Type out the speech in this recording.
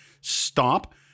Stop